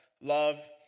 love